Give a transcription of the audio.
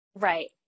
right